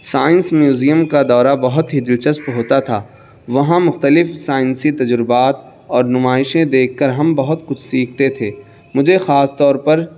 science museum کا دورہ بہت ہی دلچسپ ہوتا تھا وہاں مختلف سائنسی تجربات اور نمائشیں دیکھ کر ہم بہت کچھ سیکھتے تھے مجھے خاص طور پر